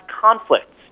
conflicts